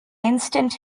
instant